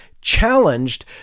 challenged